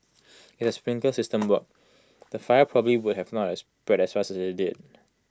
if the sprinkler system worked the fire probably would not have spread as fast as IT did